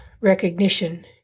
recognition